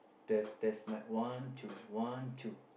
that's that's my want to want to